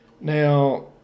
Now